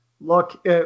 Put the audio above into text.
look